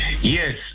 yes